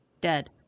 Dead